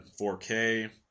4K